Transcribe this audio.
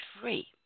free